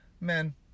Men